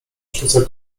sztuce